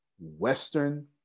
Western